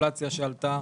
האינפלציה שעלתה,